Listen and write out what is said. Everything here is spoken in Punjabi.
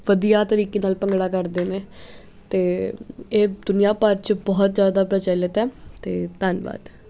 ਵਧੀਆ ਤਰੀਕੇ ਨਾਲ ਭੰਗੜਾ ਕਰਦੇ ਨੇ ਅਤੇ ਇਹ ਦੁਨੀਆ ਭਰ 'ਚ ਬਹੁਤ ਜ਼ਿਆਦਾ ਪ੍ਰਚਲਿਤ ਹੈ ਅਤੇ ਧੰਨਵਾਦ